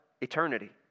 eternity